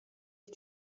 ich